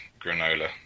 granola